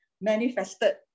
manifested